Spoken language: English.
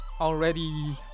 already